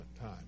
time